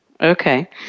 Okay